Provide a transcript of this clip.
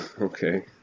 Okay